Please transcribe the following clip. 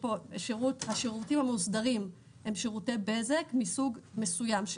השירותים המאוסדרים הם שירותי בזק מסוג מסוים.